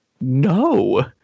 no